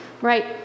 right